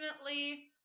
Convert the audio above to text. ultimately